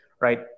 right